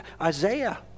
Isaiah